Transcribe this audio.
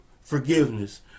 forgiveness